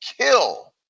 kill